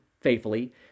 faithfully